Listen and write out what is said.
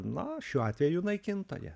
na šiuo atveju naikintoja